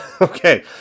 Okay